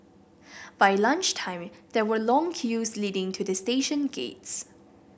by lunch time there were long queues leading to the station gates